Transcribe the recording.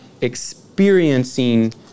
experiencing